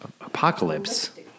Apocalypse